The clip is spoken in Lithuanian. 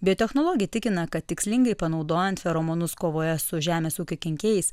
biotechnologė tikina kad tikslingai panaudojant feromonus kovoje su žemės ūkio kenkėjais